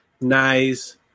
nice